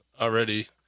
already